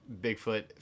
bigfoot